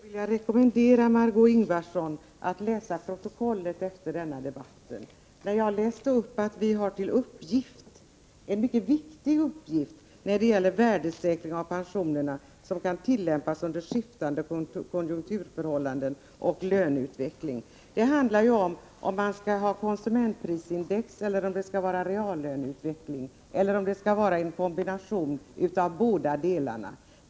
Herr talman! Jag skulle vilja rekommendera Margé Ingvardsson att studera protokollet från denna debatt. Jag läste upp vad som sagts, att vi har som en mycket viktig uppgift när det gäller värdesäkring av pensionerna att se till att det blir regler som kan tillämpas under skiftande konjunkturförhållanden och med hänsyn till löneutvecklingen. Det handlar ju om huruvida man som grund skall ha konsumentprisindex eller reallöneutvecklingen, eller om det skall vara en kombination av båda delarna.